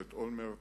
בממשלת אולמרט,